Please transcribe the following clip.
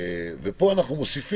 נדבר עליהם, ופה אנחנו מוסיפים